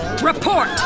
Report